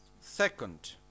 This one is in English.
Second